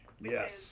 yes